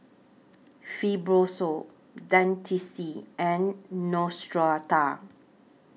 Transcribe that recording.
Fibrosol Dentiste and Neostrata